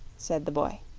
said the boy.